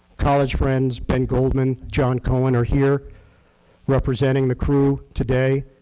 college friends, ben goldman, john cohen are here representing the crew today.